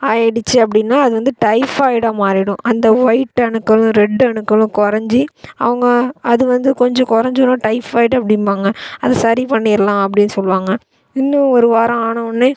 ஆகிடுச்சி அப்படின்னா அது வந்து டைஃபாய்டாக மாறிடும் அந்த ஒயிட் அணுக்களும் ரெட் அணுக்களும் குறஞ்சி அவங்க அது வந்து கொஞ்சம் குறஞ்சோன டைஃபாய்டு அப்படிம்பாங்க அதை சரி பண்ணிரலாம் அப்படின்னு சொல்லுவாங்க இன்னும் ஒரு வாரம் ஆனவொன்னே